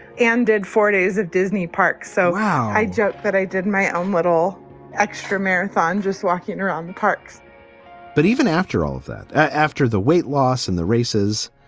and did four days at disney park so how i joke that i did my own little extra marathon just walking around the parks but even after all of that, after the weight loss and the races,